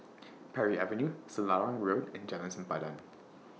Parry Avenue Selarang Road and Jalan Sempadan